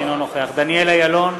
אינו נוכח דניאל אילון,